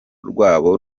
rwabo